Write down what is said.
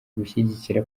gushyigikira